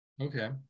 Okay